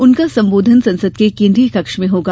उनका संबोधन संसद के केन्द्रीय कक्ष में होगा